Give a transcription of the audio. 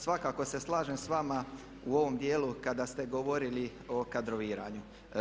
Svakako se slažem s vama u ovom dijelu kada ste govorili o kadroviranju.